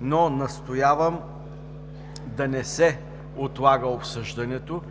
но настоявам да не се отлага обсъждането,